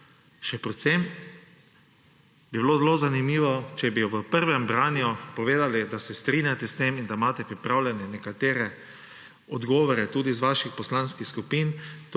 Še predvsem bi bilo zelo zanimivo, če bi ji v prvem branju povedali, da se strinjate s tem in da imate pripravljene nekatere odgovore tudi iz vaših poslanskih skupin;